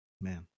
Man